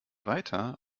weiter